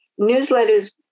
Newsletters